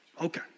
Okay